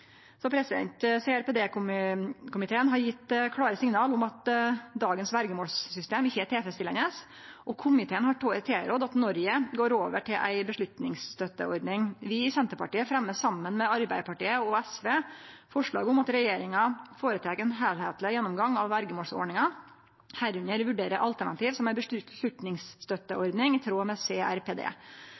har gjeve klare signal om at dagens verjemålssystem ikkje er tilfredsstillande, og komiteen har tilrådd at Noreg går over til ei vedtaksstøtteordning. Vi i Senterpartiet står saman med Arbeidarpartiet og Sosialistisk Venstreparti bak komiteens tilråding om at regjeringa føretek «en helhetlig gjennomgang av vergemålsordningen, herunder vurdere alternativer som en beslutningsstøtteordning i tråd med CRPD,